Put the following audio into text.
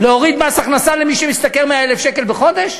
להוריד מס הכנסה למי שמשתכר 100,000 שקל בחודש?